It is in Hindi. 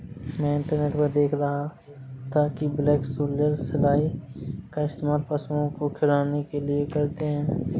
मैं इंटरनेट पर देख रहा था कि ब्लैक सोल्जर सिलाई का इस्तेमाल पशुओं को खिलाने के लिए करते हैं